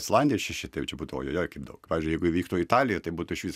islandijoj šeši tai jau čia būtų ojojoi kaip daug pavyzdžiui jeigu įvyktų italijoj tai būtų išvis